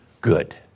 good